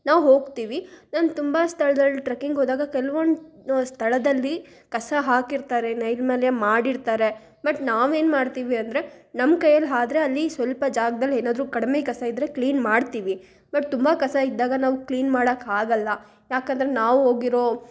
ನಾವು ಹೋಗ್ತೀವಿ ನಾನು ತುಂಬ ಸ್ಥಳದಲ್ಲಿ ಟ್ರಕ್ಕಿಂಗ್ ಹೋದಾಗ ಕೆಲವೊಂದು ಸ್ಥಳದಲ್ಲಿ ಕಸ ಹಾಕಿರ್ತಾರೆ ನೈರ್ಮಲ್ಯ ಮಾಡಿರ್ತಾರೆ ಬಟ್ ನಾವೇನು ಮಾಡ್ತೀವಿ ಅಂದರೆ ನಮ್ಮ ಕೈಯಲ್ಲಿ ಆದ್ರೆ ಅಲ್ಲಿ ಸ್ವಲ್ಪ ಜಾಗ್ದಲ್ಲಿ ಏನಾದ್ರೂ ಕಡಿಮೆ ಕಸ ಇದ್ದರೆ ಕ್ಲೀನ್ ಮಾಡ್ತೀವಿ ಬಟ್ ತುಂಬ ಕಸ ಇದ್ದಾಗ ನಾವು ಕ್ಲೀನ್ ಮಾಡಕೆ ಆಗಲ್ಲ ಯಾಕೆಂದ್ರೆ ನಾವು ಹೋಗಿರೋ